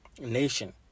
nation